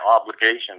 obligation